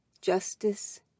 justice